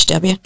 HW